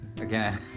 Again